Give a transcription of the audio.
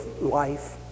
life